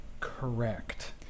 Correct